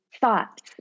thoughts